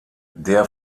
der